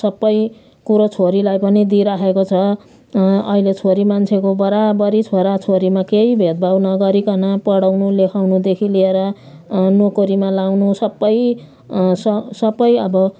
सबै कुरो छोरीलाई पनि दिइरहेको छ अहिले छोरी मान्छेको बराबरी छोराछोरीमा केही भेदभाव नगरीकन पढाउनु लेखाउनुदेखि लिएर नोकरीमा लगाउनु सबै स सबै अब भनौँ